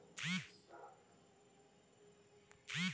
Insurance policy ಮಾಡಿದ ಮೇಲೆ ರೊಕ್ಕ ಕಟ್ಟಲಿಲ್ಲ ಏನು ಮಾಡುತ್ತೇರಿ?